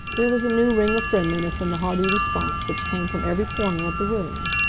there was a new ring of friendliness in the hearty response which came from every corner of the room.